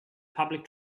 public